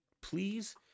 please